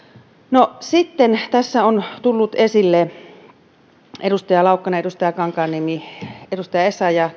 no sitten tässä on tullut esille edustaja laukkasen edustaja kankaanniemen edustaja essayahn